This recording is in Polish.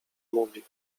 mówi